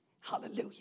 Hallelujah